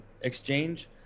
exchange